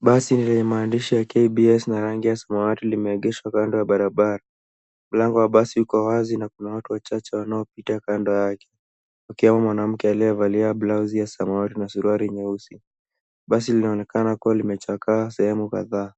Basi lenye mandishi ya KBS na rangi ya samawati limeegeshwa kando ya barabara. Mlango wa basi uko wazi na kuna watu wachache wanaopita kando yake. Ikiwemo mwanamke aliyevalia blausi ya samawati na suruali nyeusi. Basi linaonekana kuwa limechakaa sehemu kadhaa.